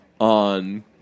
on